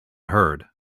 heard